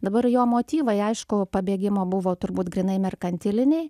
dabar jo motyvai aišku pabėgimo buvo turbūt grynai merkantiliniai